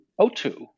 O2